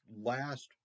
last